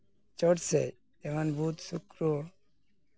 ᱪᱚᱴ ᱥᱮᱜ ᱡᱮᱢᱚᱱ ᱵᱩᱫᱷ ᱥᱩᱠᱨᱚ